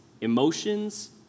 emotions